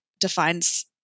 defines